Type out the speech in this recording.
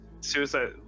Suicide